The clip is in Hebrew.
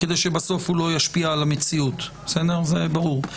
כדי שבסוף הוא לא ישפיע על המציאות, זה ברור.